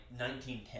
1910